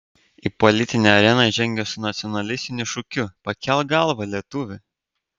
į politinę areną žengia su nacionalistiniu šūkiu pakelk galvą lietuvi